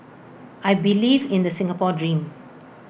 I believe in the Singapore dream